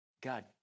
God